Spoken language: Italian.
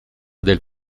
del